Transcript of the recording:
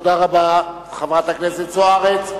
תודה רבה, חברת הכנסת זוארץ.